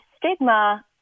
stigma